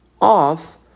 off